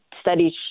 studies